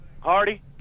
Hardy